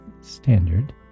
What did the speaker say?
standard